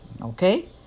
Okay